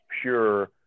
pure